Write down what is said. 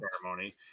ceremony